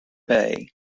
bay